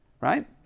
Right